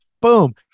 boom